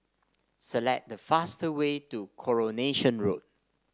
select the fastest way to Coronation Road